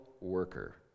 worker